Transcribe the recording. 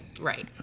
Right